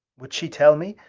would she tell me?